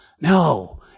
no